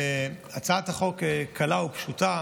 הצעת החוק קלה ופשוטה.